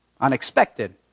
Unexpected